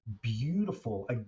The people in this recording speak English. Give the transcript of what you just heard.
beautiful